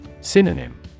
Synonym